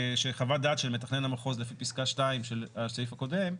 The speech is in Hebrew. שחוות דעת של מתכנן המחוז לפי פסקה 2 של הסעיף הקודם,